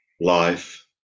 life